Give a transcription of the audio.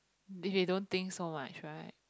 if they don't think so much right